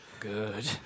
Good